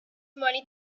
money